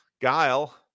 Guile